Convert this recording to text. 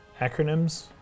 acronyms